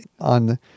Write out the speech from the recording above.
on